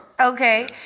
Okay